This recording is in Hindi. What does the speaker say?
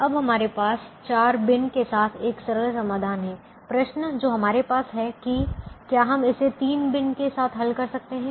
अब हमारे पास 4 बिन के साथ एक सरल समाधान है प्रश्न जो हमारे पास है कि क्या हम इसे तीन बिन के साथ हल कर सकते हैं